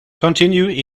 continue